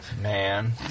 man